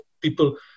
people